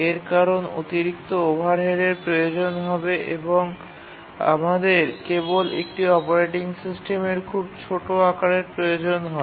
এর কারণ অতিরিক্ত ওভারহেডের প্রয়োজন হবে এবং আমাদের কেবল একটি অপারেটিং সিস্টেমের খুব ছোট আকারের প্রয়োজন হয়